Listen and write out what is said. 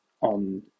on